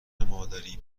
مادری